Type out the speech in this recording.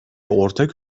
ortak